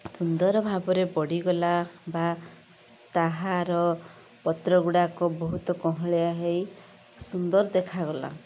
ସୁନ୍ଦର ଭାବରେ ବଢ଼ିଗଲା ବା ତାହାର ପତ୍ର ଗୁଡ଼ାକ ବହୁତ କଅଁଳିଆ ହେଇ ସୁନ୍ଦର ଦେଖାଗଲା